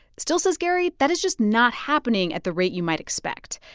still, says gary, that is just not happening at the rate you might expect.